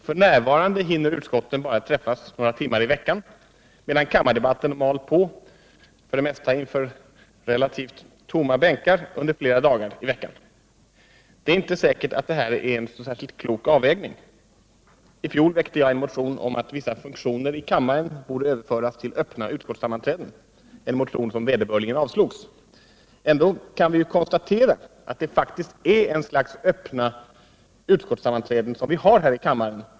F.n. hinner utskotten bara träffas några timmar i veckan, medan kammardebatten mal på, för det mesta inför relativt tomma bänkar, under flera dagar i veckan. Det är inte säkert att detta är en klok avvägning. I fjol väckte jag en motion om att vissa funktioner i kammaren borde överföras till öppna utskottssammanträden, en motion som vederbörligen avslogs. Ändå kan vi ju konstatera att det faktiskt är ett slags öppna utskottssammanträden som vi har här i kammaren.